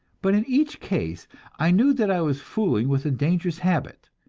but in each case i knew that i was fooling with a dangerous habit,